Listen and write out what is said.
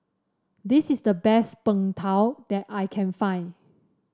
this is the best Png Tao that I can find